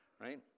Right